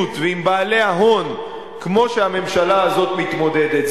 ועם בעלי ההון כמו שהממשלה הזאת מתמודדת.